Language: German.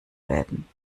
werden